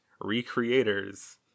recreators